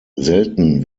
selten